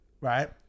right